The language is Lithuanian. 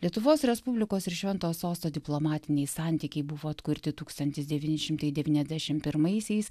lietuvos respublikos ir šventojo sosto diplomatiniai santykiai buvo atkurti tūkstantis devyni šimtai devyniasdešim pirmaisiais